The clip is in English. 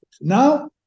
Now